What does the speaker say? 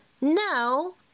no